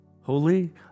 Holy